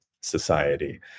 society